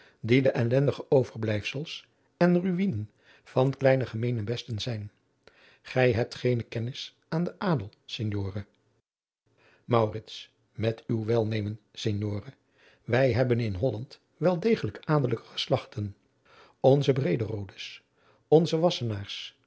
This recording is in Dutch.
die de ellendige overblijfsels en ruïnen van kleine gemeenebesten zijn gij hebt geene kennis aan den adel signore maurits met uw welnemen signore wij hebben in holland wel degelijk adelijke geslachten onze brederodes onze